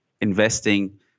investing